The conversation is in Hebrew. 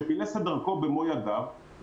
שפילס את דרכו במו ידיו,